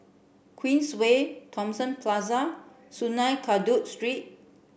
Queensway Thomson Plaza and Sungei Kadut Street